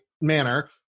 manner